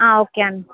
ఆ ఓకే అండీ